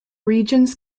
regions